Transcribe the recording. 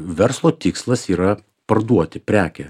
verslo tikslas yra parduoti prekę